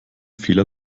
fehler